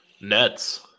Nets